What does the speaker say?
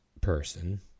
person